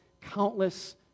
countless